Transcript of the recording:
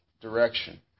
direction